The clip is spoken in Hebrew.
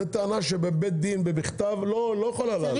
זאת טענה שבבית דין ובכתב לא יכולה לעלות.